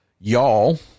Y'all